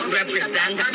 represent